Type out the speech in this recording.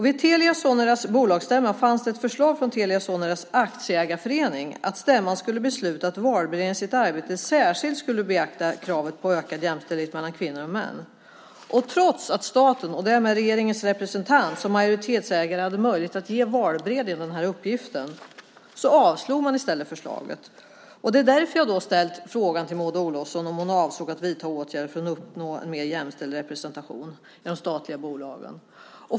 Vid Telia Soneras bolagsstämma fanns det ett förslag från Telia Soneras aktieägarförening att stämman skulle besluta att valberedningen i sitt arbete särskilt skulle beakta kravet på ökad jämställdhet mellan kvinnor och män. Trots att staten, och därmed regeringens representant, som majoritetsägare hade möjlighet att ge valberedningen den uppgiften avslog man förslaget. Därför har jag ställt frågan till Maud Olofsson om hon avsåg att vidta åtgärder för att uppnå en mer jämställd representation i de statliga bolagen.